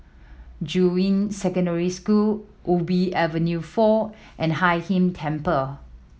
Juying Secondary School Ubi Avenue Four and Hai Inn Temple